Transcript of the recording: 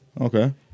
Okay